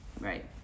Right